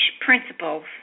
principles